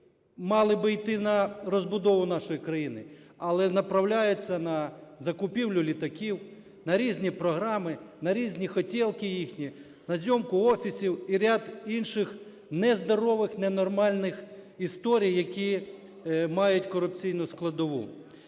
мали би йти на розбудову нашої країни, але направляється на закупівлю літаків, на різні програми, на різні "хотєлки" їхні, на зйомку офісів і ряд інших нездорових, ненормальних історій, які мають корупційну складову.